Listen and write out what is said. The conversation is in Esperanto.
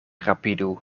rapidu